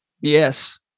Yes